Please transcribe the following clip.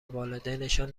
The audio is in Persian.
والدینشان